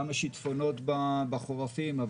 גם השיטפונות בחורפים,